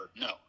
No